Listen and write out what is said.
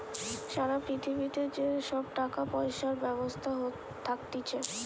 সারা পৃথিবীতে যে সব টাকা পয়সার ব্যবস্থা থাকতিছে